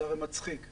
זה מצחיק.